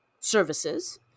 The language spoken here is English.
Services